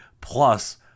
plus